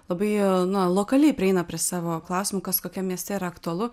labai na lokaliai prieina prie savo klausimo kas kokiam mieste yra aktualu